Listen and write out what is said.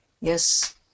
Yes